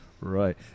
Right